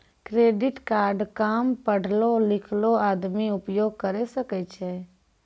Credit card काम पढलो लिखलो आदमी उपयोग करे सकय छै?